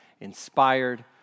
Inspired